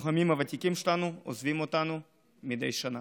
הלוחמים הוותיקים שלנו עוזבים אותנו מדי שנה.